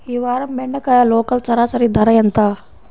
ఈ వారం బెండకాయ లోకల్ సరాసరి ధర ఎంత?